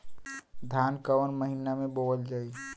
धान कवन महिना में बोवल जाई?